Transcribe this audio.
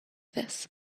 this